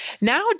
Now